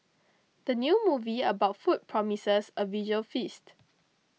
the new movie about food promises a visual feast